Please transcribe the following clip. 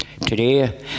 Today